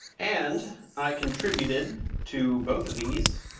and i contributed to both of these.